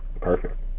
Perfect